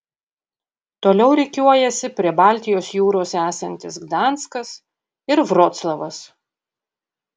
toliau rikiuojasi prie baltijos jūros esantis gdanskas ir vroclavas